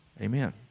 Amen